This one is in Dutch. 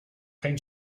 geen